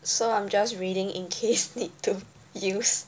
so I'm just reading in case need to use